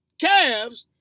Cavs